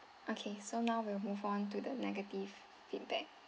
okay so now we'll move on to the negative feedback